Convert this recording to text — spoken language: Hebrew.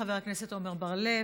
חבר הכנסת עמר בר-לב,